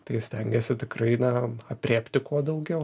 tai stengiasi tikrai na aprėpti kuo daugiau